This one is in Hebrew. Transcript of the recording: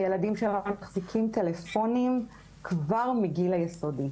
הילדים שלנו מחליפים טלפונים כבר מהגיל היסודי.